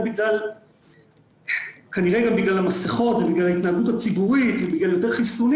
גם בגלל המסכות ובגלל ההתנהגות הציבורית ובגלל יותר חיסונים